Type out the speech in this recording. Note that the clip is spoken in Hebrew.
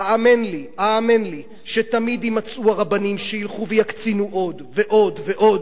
האמן לי שתמיד יימצאו הרבנים שילכו ויקצינו עוד ועוד ועוד.